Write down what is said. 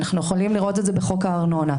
אנחנו יכולים לראות את זה בחוק הארנונה,